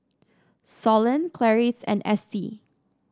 Solon Clarice and Estie